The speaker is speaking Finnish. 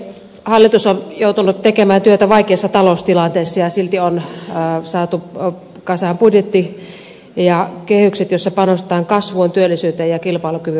hallitus on joutunut tekemään työtä vaikeassa taloustilanteessa ja silti on saatu kasaan budjetti ja kehykset joissa panostetaan kasvuun työllisyyteen ja kilpailukyvyn vahvistamiseen